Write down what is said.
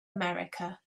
america